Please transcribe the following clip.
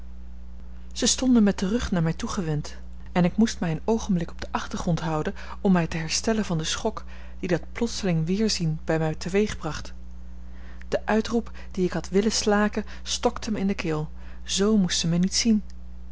zij stonden met den rug naar mij toegewend en ik moest mij een oogenblik op den achtergrond houden om mij te herstellen van den schok dien dat plotseling weerzien bij mij teweegbracht de uitroep dien ik had willen slaken stokte mij in de keel zoo moest zij mij niet zien